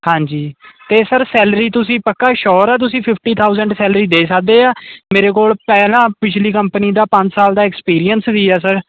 ਹਾਂਜੀ ਤੇ sir salary ਤੁਸੀਂ ਪੱਕਾ ਸ਼ੋਰ ਆ ਤੁਸੀਂ ਫੀਫਟੀ ਥਾਉਂਸੈਂਡ ਸੈਲਰੀ ਦੇ ਸਕਦੇ ਆ ਮੇਰੇ ਕੋਲ ਪਹਿਲਾਂ ਪਿਛਲੀ ਕੰਪਨੀ ਦਾ ਪੰਜ ਸਾਲ ਦਾ ਐਕਸਪੀਰੀਅਂਸ ਵੀ ਹੈ ਸਰ